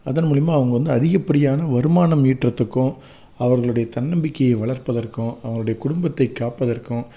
அதன் மூலியமாக அவங்க வந்து அதிகப்படியான வருமானம் ஈட்டுறத்துக்கும் அவர்களுடைய தன்னம்பிக்கையை வளர்ப்பதற்கும் அவங்களுடைய குடும்பத்தை காப்பதற்கும்